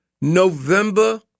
November